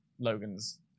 Logan's